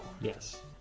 yes